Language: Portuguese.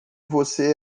você